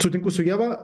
sutinku su ieva